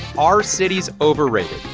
are cities overrated?